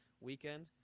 weekend